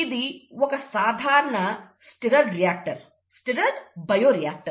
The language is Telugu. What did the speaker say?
ఇది ఒక సాధారణ స్టీర్ర్డ్ర రియాక్టర్ స్టీర్ర్డ బయోరియాక్టర్